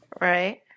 right